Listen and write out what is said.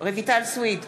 רויטל סויד,